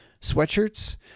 sweatshirts